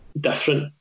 different